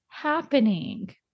happening